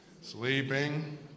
Sleeping